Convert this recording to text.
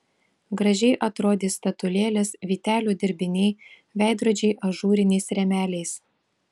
gražiai atrodys statulėlės vytelių dirbiniai veidrodžiai ažūriniais rėmeliais